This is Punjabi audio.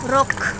ਰੁੱਖ